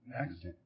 Next